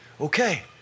okay